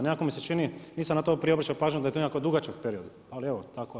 Nekako mi se čini, nisam na to prije obraćao pažnju da je to nekako dugačak period, ali evo tako je.